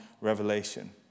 Revelation